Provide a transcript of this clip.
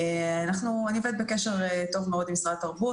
אני בקשר טוב מאוד עם משרד התרבות.